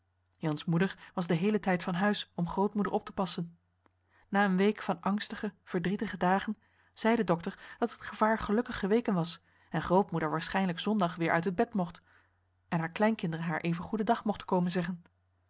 worden jan's moeder was den heelen tijd van huis om grootmoeder op te passen na een week van angstige verdrietige dagen zei de dokter dat het gevaar gelukkig geweken was en grootmoeder waarschijnlijk zondag weer uit het bed mocht en haar kleinkinderen haar even goedendag mochten komen zeggen